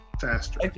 faster